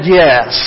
yes